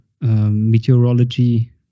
meteorology